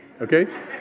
okay